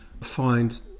find